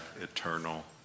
eternal